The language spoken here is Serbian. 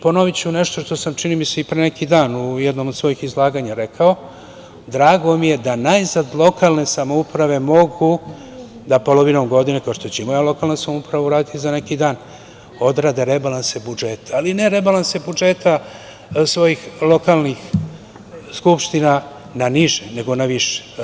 Ponoviću nešto što sam, čini mi se, i pre neki dan u jednom od svojih izlaganja rekao – drago mi je da najzad lokalne samouprave mogu da polovinom godine, kao što će i moja lokalna samouprava uraditi za neki dan, odrade rebalanse budžeta, ali ne rebalanse budžeta svojih lokalnih skupština na niže, nego na više.